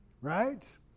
Right